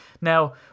Now